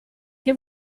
che